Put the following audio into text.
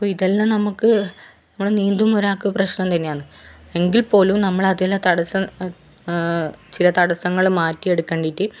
അപ്പോള് ഇതെല്ലാം നമുക്ക് നമ്മള് നീന്തുമ്പോള് ഒരാള്ക്ക് പ്രശ്നം തന്നെയാണ് എങ്കിൽ പോലും നമ്മളതിലെ തടസ്സം ചില തടസ്സങ്ങള് മാറ്റിയെടുക്കണ്ടീറ്റ്